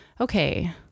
okay